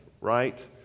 right